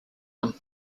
him